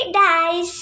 dice